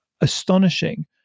astonishing